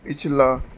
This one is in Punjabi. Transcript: ਪਿਛਲਾ